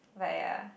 like ah